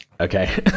okay